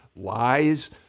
lies